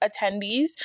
attendees